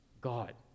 God